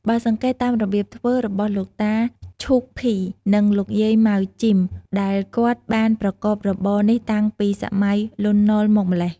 បើសង្កេតតាមរបៀបធ្វើ របស់លោកតា ឈូក ភី និងលោកយាយម៉ៅ ជឹម ដែលគាត់បានប្រកបរបរ នេះតាំងពីសម័យលន់ណល់មកម្លេះ។